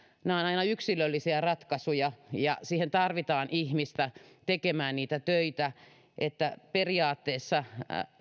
nämä ovat aina yksilöllisiä ratkaisuja ja siihen tarvitaan ihmistä tekemään niitä töitä periaatteessa